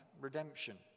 redemption